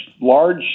large